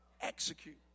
execute